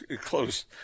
close